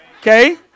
Okay